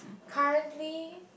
currently